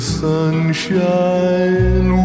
sunshine